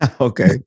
okay